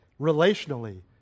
relationally